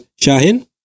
Shahin